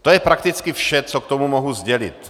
To je prakticky vše, co k tomu mohu sdělit.